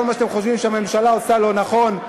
מה שאתם חושבים שהממשלה עושה לא נכון.